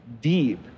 deep